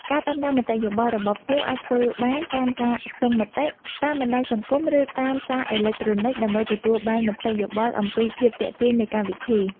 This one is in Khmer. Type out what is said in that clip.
ការតាមដានមតិយោបល់របស់ភ្ញៀវអាចធ្វើបានតាមការស្ទង់មតិ តាមបណ្ដាញសង្គម ឬតាមសារអេឡិចត្រូនិច ដើម្បីទទួលយកមតិយោបល់អំពីភាពទាក់ទាញនៃកម្មវិធី។